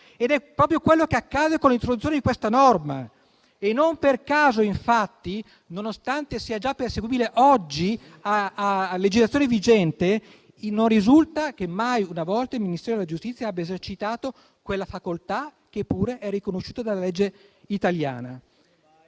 È proprio quello che accade con l'introduzione di questa norma. Non a caso, infatti, nonostante sia già perseguibile oggi a legislazione vigente, non risulta che mai una volta il Ministero della giustizia abbia esercitato tale facoltà, che pure è riconosciuta dalla legge italiana.